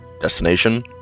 destination